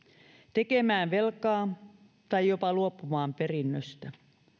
tekemään velkaa tai jopa luopumaan perinnöstä